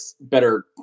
better